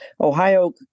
Ohio